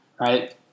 right